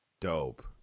Dope